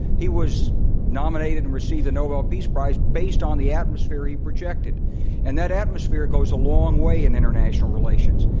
he was nominated and received a nobel peace prize based on the atmosphere he projected and that atmosphere goes a long way in international relations.